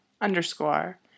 underscore